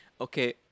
Okay